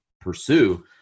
pursue